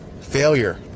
failure